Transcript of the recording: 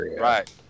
right